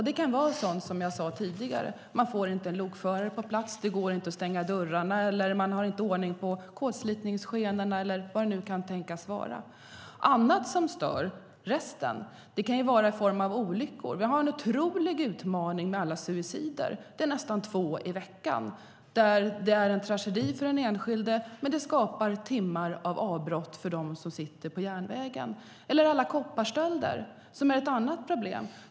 Det kan vara sådant som jag tog upp tidigare, alltså att man inte får lokförare på plats, att det inte går att stänga dörrarna, att man inte har ordning på kolslitningsskenorna eller vad det nu kan tänkas vara. Annat som stör kan vara olyckor. Vi har en otrolig utmaning med alla suicider. Det är nästan två i veckan. Det är en tragedi för den enskilde, men det skapar också timmar av avbrott för dem som reser på järnvägen. Kopparstölder är ett annat problem.